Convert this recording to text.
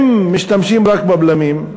אם משתמשים רק בבלמים,